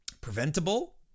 preventable